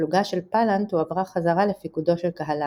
והפלוגה של פלנט הועברה חזרה לפיקודו של קהלני.